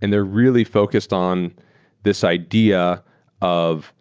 and they're really focused on this idea of